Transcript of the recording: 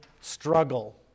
struggle